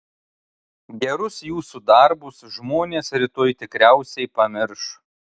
gerus jūsų darbus žmonės rytoj tikriausiai pamirš